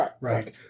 right